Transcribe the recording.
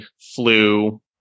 flu